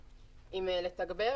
לתגבר,